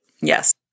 Yes